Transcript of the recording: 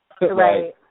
Right